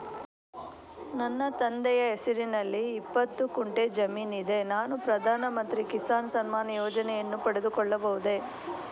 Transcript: ನನ್ನ ತಂದೆಯ ಹೆಸರಿನಲ್ಲಿ ಇಪ್ಪತ್ತು ಗುಂಟೆ ಜಮೀನಿದೆ ನಾನು ಪ್ರಧಾನ ಮಂತ್ರಿ ಕಿಸಾನ್ ಸಮ್ಮಾನ್ ಯೋಜನೆಯನ್ನು ಪಡೆದುಕೊಳ್ಳಬಹುದೇ?